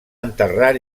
enterrar